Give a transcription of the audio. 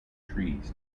trees